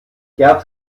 gerd